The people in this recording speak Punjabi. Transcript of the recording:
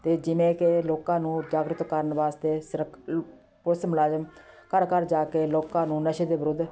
ਅਤੇ ਜਿਵੇਂ ਕਿ ਲੋਕਾਂ ਨੂੰ ਜਾਗਰੂਕ ਕਰਨ ਵਾਸਤੇ ਪੁਲਿਸ ਮੁਲਾਜ਼ਮ ਘਰ ਘਰ ਜਾ ਕੇ ਲੋਕਾਂ ਨੂੰ ਨਸ਼ੇ ਦੇ ਵਿਰੁੱਧ